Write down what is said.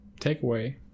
takeaway